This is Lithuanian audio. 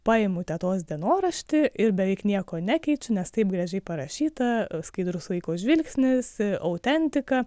paimu tetos dienoraštį ir beveik nieko nekeičiu nes taip gražiai parašyta skaidrus vaiko žvilgsnis autentika